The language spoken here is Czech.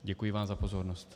Děkuji vám za pozornost.